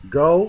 go